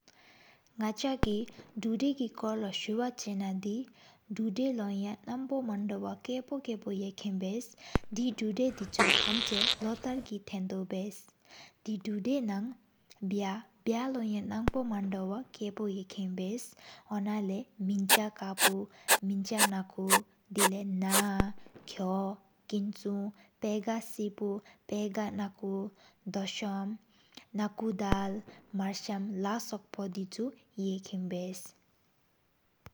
ནག་ཆ་གི་དུག་ལོ་གི་འཁོར་ལོ་སུབ་ཆེ་ན་དེ། དུག་ལོ་ཡོང་ནམ་སྨོ་མང་དབོ། ཀེཔོ་ཀེཔོ་ཡེག་ཧེན་བཞེས། དེ་དུག་ལོ་དེ་ཆུ་ཐམ་ཆེའ། ལོ་ཐར་གི་ཐེན་དོ་བཞེས། དེ་དུག་ལོ་ནང་བྱ། བྱ་ལོ་ཡོང་ནམ་སྨོ་མང་དབོ་ཡེག་ཧེན་བྱ། ཨ་ན་ལེ་སྨན་ཆ་དཀར་པོ། སྨན་ཆ་ན་ཀོ་ན། ཁྱོ། ཀེན་ཆུང་། པེ་ག་སིབ། པེ་ག་ན་ཀོ། དོ་ཤམ། དལ་ན་ཀོ། མར་ཤམ་སོག་པོ་དེ་ཆུ་ཡེག་ཧེན་བཞེས།